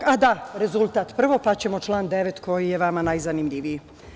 U stvari, rezultat prvo pa ćemo član 9. koji je vama najzanimljiviji.